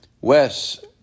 Wes